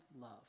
love